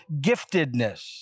giftedness